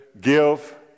give